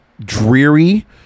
dreary